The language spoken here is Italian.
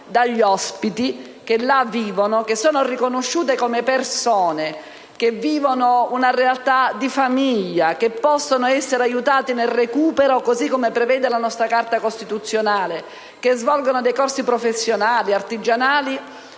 gli ospiti che ci vivono sono riconosciuti come persone, la considerano una casa famiglia. Essi possono essere aiutati nel recupero, così come prevede la nostra Carta costituzionale, svolgono dei corsi professionali, artigianali